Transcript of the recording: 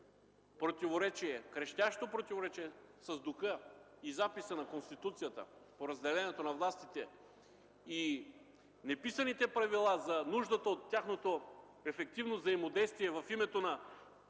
противоречие, крещящо противоречие с духа и записа на Конституцията по разделението на властите и неписаните правила за нуждата от тяхното ефективно взаимодействие в името на